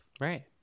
Right